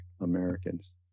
Americans